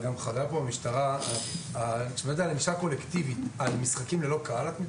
אני לא כל כך בקי במציאות את מתכוונת למשחקים ללא קהל?